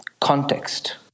context